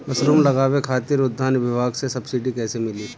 Mushroom लगावे खातिर उद्यान विभाग से सब्सिडी कैसे मिली?